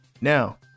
now